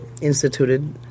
instituted